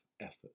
effort